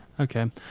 Okay